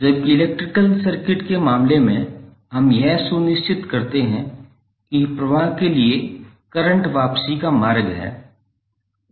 जबकि electrical circuit के मामले में हम यह सुनिश्चित करते हैं कि प्रवाह के लिए करंट वापसी का मार्ग है